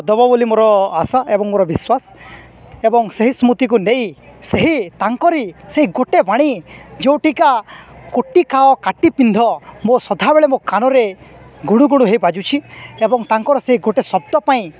ଦବ ବୋଲି ମୋର ଆଶା ଏବଂ ମୋର ବିଶ୍ୱାସ ଏବଂ ସେହି ସ୍ମୃତିକୁ ନେଇ ସେହି ତାଙ୍କରି ସେହି ଗୋଟେ ବାଣୀ ଯେଉଁ ଟିକା କୁଟି ଖାଅ କାଟି ପିନ୍ଧ ମୋ ସଦାବେଳେ ମୋ କାନରେ ଗୁଣୁ ଗୁଣୁ ହେଇ ବାଜୁଛି ଏବଂ ତାଙ୍କର ସେଇ ଗୋଟେ ଶବ୍ଦ ପାଇଁ